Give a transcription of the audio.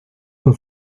con